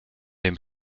dem